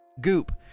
Goop